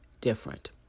different